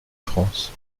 france